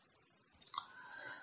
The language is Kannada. ಇವುಗಳೆಂದರೆ